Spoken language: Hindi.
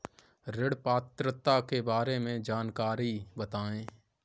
ऋण पात्रता के बारे में जानकारी बताएँ?